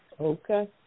Okay